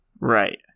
Right